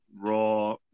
raw